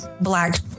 black